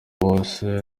bose